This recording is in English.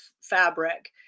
fabric